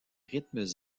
rythmes